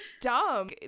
dumb